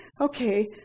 Okay